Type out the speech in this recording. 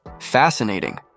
Fascinating